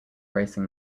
racing